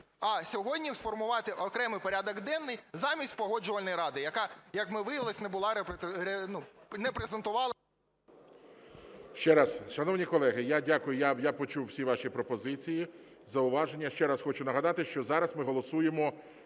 а сьогодні сформувати окремий порядок денний замість Погоджувальної ради, яка, як ми виявили, не була… не презентувала… ГОЛОВУЮЧИЙ. Ще раз… Шановні колеги, я дякую, я почув всі ваші пропозиції, зауваження. Ще раз хочу нагадати, що зараз ми голосуємо